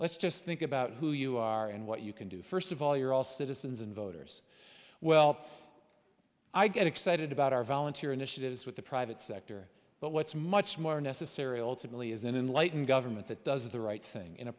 let's just think about who you are and what you can do first of all you're all citizens and voters well i get excited about our volunteer initiatives with the private sector but what's much more necessary alternately is that in light and government that does the right thing in a